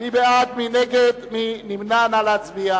ההסתייגות לא